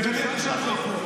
זו בושה של חוק.